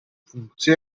funkci